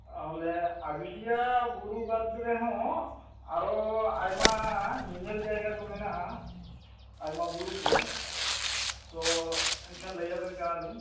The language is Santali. ᱛᱟᱦᱚᱞᱮ ᱟᱡᱚᱫᱤᱭᱟᱹ ᱵᱩᱨᱩ ᱵᱟᱫ ᱨᱮᱦᱚᱸ ᱟᱨᱚ ᱟᱭᱢᱟ ᱧᱮᱧᱮᱞ ᱡᱟᱭᱜᱟ ᱠᱚ ᱢᱮᱱᱟᱜᱼᱟ ᱟᱭᱢᱟ ᱵᱩᱨᱩ ᱠᱚ ᱛᱚ ᱮᱱᱠᱷᱟᱱ ᱞᱟᱹᱭ ᱟᱵᱮᱱ ᱠᱟᱱᱟ ᱞᱤᱧ